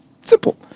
Simple